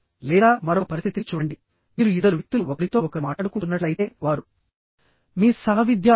లేదా మరొక పరిస్థితిని చూడండి మీరు ఇద్దరు వ్యక్తులు ఒకరితో ఒకరు మాట్లాడుకుంటున్నట్లయితే వారు మీ సహవిద్యార్థులు